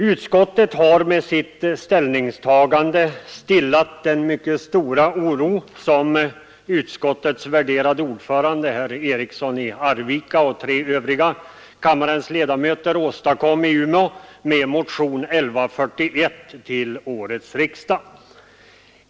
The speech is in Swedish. Utskottet har med sitt ställningstagande stillat den mycket stora oro som utskottets värderade ordförande herr Eriksson i Arvika och ytterligare tre av kammarens ledamöter åstadkom i Umeå med motionen 1141 till årets riksdag.